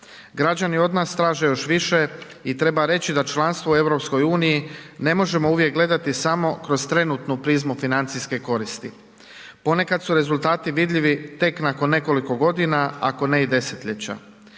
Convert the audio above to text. Građani od nas traže još više i treba reći da članstvo u EU ne možemo uvijek gledati samo kroz trenutnu prizmu financijske koristi. Ponekad su rezultati vidljivi tek nakon nekoliko godina, ako ne i desetljeća.